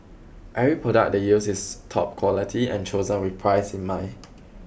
every product they use is top quality and chosen with price in mind